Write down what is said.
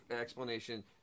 explanation